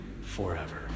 forever